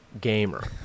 Gamer